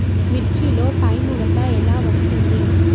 మిర్చిలో పైముడత ఎలా వస్తుంది?